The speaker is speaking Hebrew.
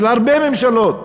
של הרבה ממשלות,